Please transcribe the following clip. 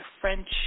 French